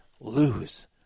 lose